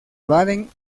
baden